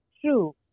true